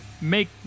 make